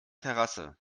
terrasse